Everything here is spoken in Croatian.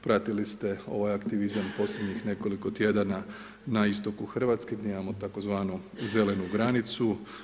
Pratili ste ovaj aktivizam posljednjih nekoliko tjedana na istoku Hrvatske gdje imamo tzv. zelenu granicu.